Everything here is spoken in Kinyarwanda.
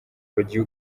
bagiye